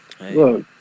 Look